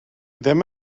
ddim